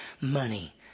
money